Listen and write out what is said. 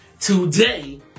today